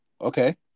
Okay